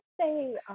say